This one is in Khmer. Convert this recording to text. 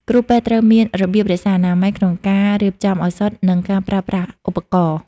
គ្រូពេទត្រូវមាន របៀបរក្សាអនាម័យក្នុងការរៀបចំឱសថ និងការប្រើប្រាស់ឧបករណ៍។